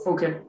Okay